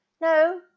no